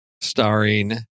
starring